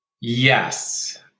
Yes